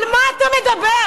על מה אתה מדבר?